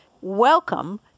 welcome